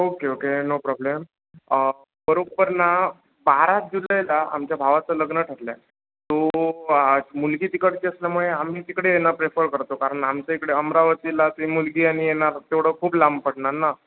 okay okay no problem बरोबर ना बारा जुलैला आमच्या भावाचं लग्न ठरलं आहे तो आ मुलगी तिकडची असल्यामुळे आम्ही तिकडे येणं प्रेफर करतो कारण आमच्या इकडे अमरावतीला ती मुलगी आणि येणार तेवढं खूप लांब पडणार ना